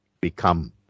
become